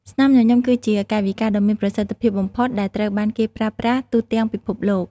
ស្នាមញញឹម គឺជាកាយវិការដ៏មានប្រសិទ្ធភាពបំផុតដែលត្រូវបានគេប្រើប្រាស់ទូទាំងពិភពលោក។